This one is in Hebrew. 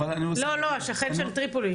ליד טריפולי.